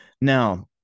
now